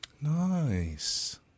Nice